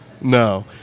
No